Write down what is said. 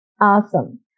Awesome